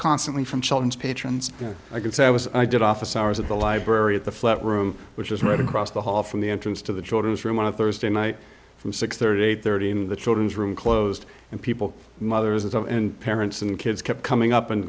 constantly from children's patrons i can say i was i did office hours at the library at the flat room which is right across the hall from the entrance to the children's room one of thursday night from six thirty eight thirty in the children's room closed and people mothers and parents and kids kept coming up and